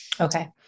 Okay